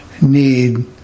need